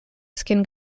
skin